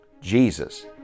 Jesus